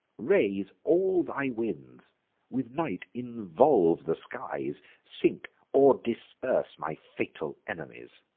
raise all thy winds with night involve the skies sink or disperse my fatal enemies.